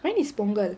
when is Pongal